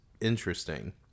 interesting